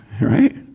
Right